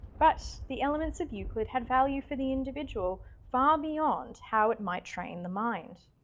but the elements of euclid had value for the individual far beyond how it might train the mind.